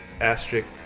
asterisk